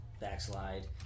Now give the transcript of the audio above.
backslide